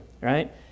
right